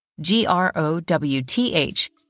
G-R-O-W-T-H